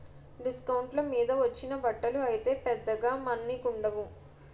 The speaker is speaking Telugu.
డిస్కౌంట్ల మీద వచ్చిన బట్టలు అయితే పెద్దగా మన్నికుండవు